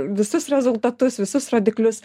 visus rezultatus visus rodiklius